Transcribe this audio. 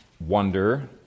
wonder